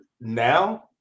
Now